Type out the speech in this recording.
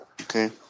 Okay